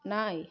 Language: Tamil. நாய்